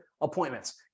appointments